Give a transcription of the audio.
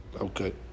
Okay